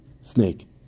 snake